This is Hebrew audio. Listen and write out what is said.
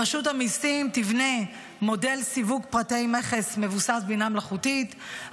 רשות המיסים תבנה מודל סיווג פרטי מכס מבוסס בינה מלאכותית,